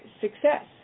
success